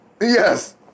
Yes